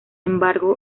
embargo